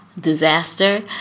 Disaster